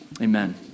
amen